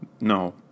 No